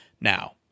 Now